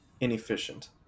inefficient